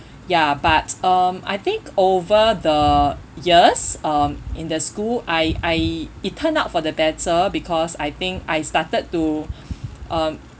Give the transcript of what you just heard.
ya but um I think over the years um in the school I I it turned out for the better because I think I started to um